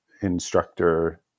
instructor